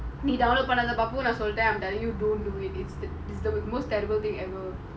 you download lazada I'm telling you it's the most terrible thing ever